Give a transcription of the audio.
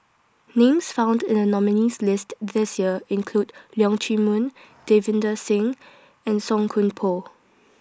Names found in The nominees' list This Year include Leong Chee Mun Davinder Singh and Song Koon Poh